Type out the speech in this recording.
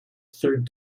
third